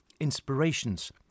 inspirations